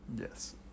yes